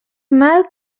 mal